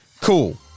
cool